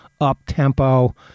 up-tempo